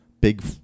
big